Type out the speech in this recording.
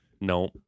no